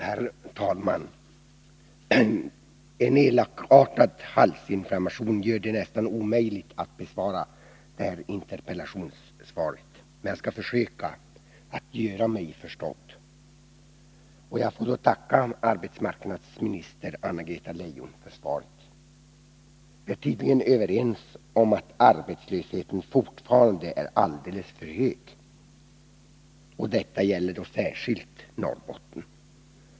Herr talman! En elakartad halsinflammation gör att det är nästan omöjligt för mig att gå upp och bemöta arbetsmarknadsministerns interpellationssvar. Jag skall emellertid försöka göra mig förstådd. Jag vill tacka arbetsmarknadsminister Anna-Greta Leijon för svaret. Vi är tydligen överens om att arbetslösheten fortfarande är alldeles för hög. Detta gäller särskilt Norrbotten.